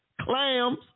clams